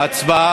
בעד,